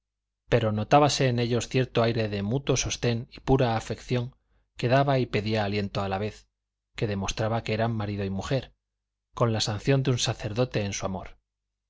pero notábase en ellos cierto aire de mutuo sostén y pura afección que daba y pedía aliento a la vez que demostraba que eran marido y mujer con la sanción de un sacerdote en su amor